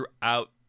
throughout